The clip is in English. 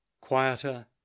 Quieter